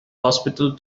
hospital